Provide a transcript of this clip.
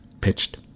pitched